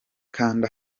kanda